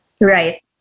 right